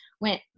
Went